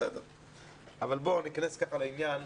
ניכנס לעניין.